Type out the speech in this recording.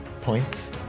points